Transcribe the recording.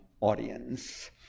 audience